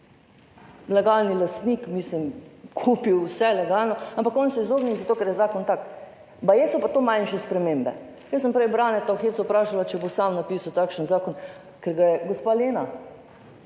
Legalni lastnik, mislim, kupil vse legalno, ampak on se je izognil, zato ker je zakon tak. Baje so pa to manjše spremembe. Jaz sem prej Braneta v hecu vprašala, če bo sam napisal takšen zakon, ker ga je, gospa Lena,